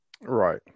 Right